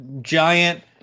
giant